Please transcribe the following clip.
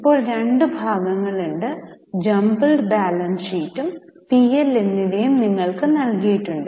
ഇപ്പോൾ രണ്ട് ഭാഗങ്ങളുണ്ട് ജംബിൾഡ് ബാലൻസ് ഷീറ്റും പി എൽ എന്നിവയും നിങ്ങൾക്ക് നൽകിയിട്ടുണ്ട്